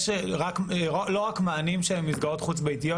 יש לא רק מענים של מסגרות חוץ ביתיות